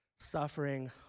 Suffering